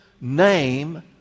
name